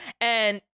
And-